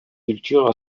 cultures